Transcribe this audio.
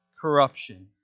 corruption